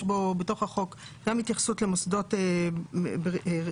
יש בתוך החוק התייחסות למוסדות בריאות